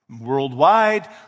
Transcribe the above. worldwide